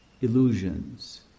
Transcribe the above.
illusions